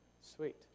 Sweet